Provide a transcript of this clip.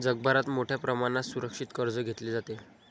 जगभरात मोठ्या प्रमाणात सुरक्षित कर्ज घेतले जाते